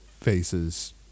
faces